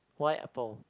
why apple